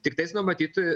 tiktais nu matyt